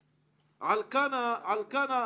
וקטלנית.